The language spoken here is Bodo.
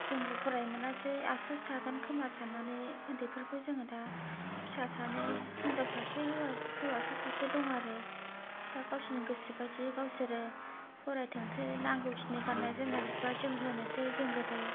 जोंबो फरायनो मोनासै आबसुस थागोन खोमा साननानै ओन्दैफोरखौ जोङो दा फिसा सानै हिनजाव सासे हौवासा सासे दं आरो दा गावसोरनि गोसो बायदियै गावसोर फरायथोंसै नांगौखिनि गाननाय जोमनाय बिबा जों होनोसै जों गोदो